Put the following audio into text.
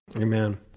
Amen